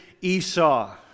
Esau